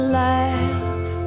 laugh